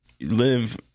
live